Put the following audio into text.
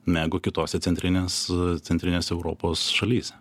negu kitose centrinės centrinės europos šalyse